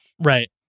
right